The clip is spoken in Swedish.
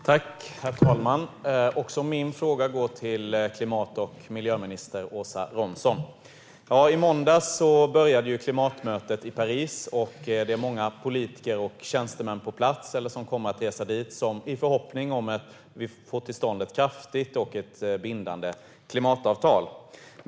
Herr talman! Också min fråga går till klimat och miljöminister Åsa Romson. I måndags började klimatmötet i Paris, och det är många politiker och tjänstemän på plats eller som kommer att resa dit i hopp om att vi ska få till stånd ett kraftigt och bindande klimatavtal.